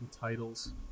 titles